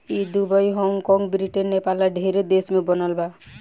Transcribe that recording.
ई Dubai, Hong कॉग, Britain, Nepal आ ढेरे देश में बनल बा